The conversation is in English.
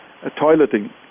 toileting